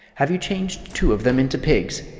have you changed two of them into pigs?